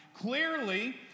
Clearly